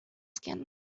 skin